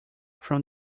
from